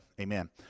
amen